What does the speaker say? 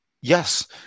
yes